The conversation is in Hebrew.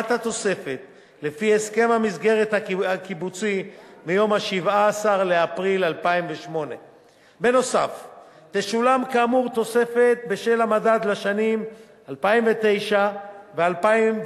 התוספת לפי הסכם המסגרת הקיבוצי מיום 17 באפריל 2008. נוסף על כך תשולם כאמור תוספת בשל המדד לשנים 2009 2011,